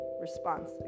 response